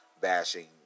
bashing